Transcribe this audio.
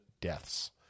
deaths